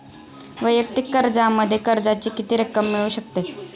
वैयक्तिक कर्जामध्ये कर्जाची किती रक्कम मिळू शकते?